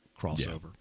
crossover